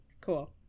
Cool